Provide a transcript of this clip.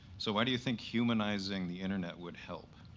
so why do you think humanizing the internet would help?